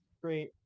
great